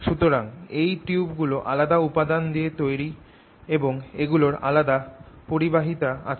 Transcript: সুতরাং এই টিউব গুলো আলাদা উপাদান দিয়ে তৈরি এবং এগুলোর আলাদা পরিবাহিতা আছে